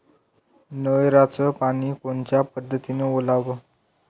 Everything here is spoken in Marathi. नयराचं पानी कोनच्या पद्धतीनं ओलाव?